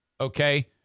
okay